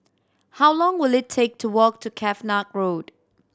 how long will it take to walk to Cavenagh Road